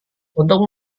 untuk